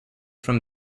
from